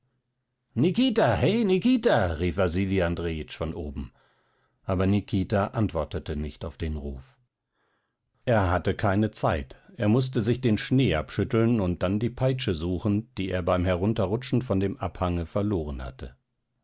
nikita rief wasili andrejitsch von oben aber nikita antwortete nicht auf den ruf er hatte keine zeit er mußte sich den schnee abschütteln und dann die peitsche suchen die er beim herunterrutschen von dem abhange verloren hatte